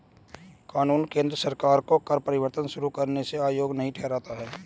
कानून केंद्र सरकार को कर परिवर्तन शुरू करने से अयोग्य नहीं ठहराता है